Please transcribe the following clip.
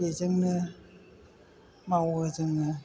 बेजोंनो मावो जोङो